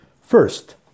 First